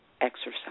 exercise